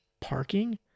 parking